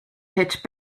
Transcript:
pitch